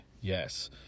Yes